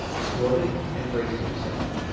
snorted and braced himself.